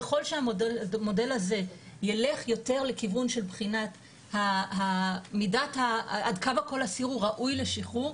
ככל שהמודל הזה ילך לכיוון של בחינה עד כמה כל אסיר ראוי לשחרור,